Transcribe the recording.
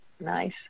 Nice